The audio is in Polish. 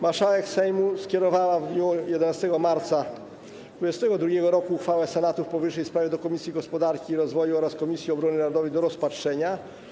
Marszałek Sejmu skierowała w dniu 11 marca 2022 r. uchwałę Senatu w powyższej sprawie do Komisji Gospodarki i Rozwoju oraz Komisji Obrony Narodowej do rozpatrzenia.